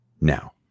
now